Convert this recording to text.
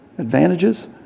advantages